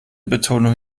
betonung